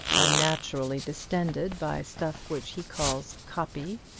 unnaturally distended by stuff which he calls copy,